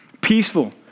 peaceful